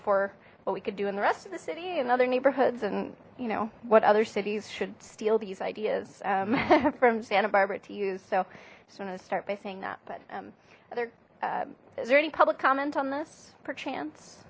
for what we could do in the rest of the city and other neighborhoods and you know what other cities should steal these ideas from santa barbara to use so just wanted to start by saying that but um other is there any public comment on this perchance